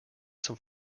some